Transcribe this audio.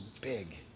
big